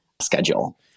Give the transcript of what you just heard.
schedule